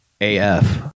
AF